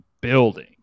building